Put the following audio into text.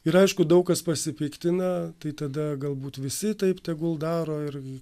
ir aišku daug kas pasipiktina tai tada galbūt visi taip tegul daro ir